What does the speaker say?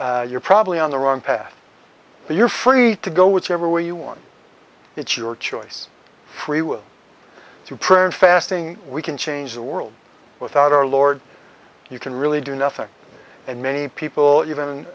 comfortable you're probably on the wrong path but you're free to go whichever way you want it's your choice freewill through prayer and fasting we can change the world without our lord you can really do nothing and many people